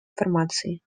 информации